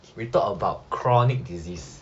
we talked about chronic disease